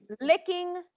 licking